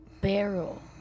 barrel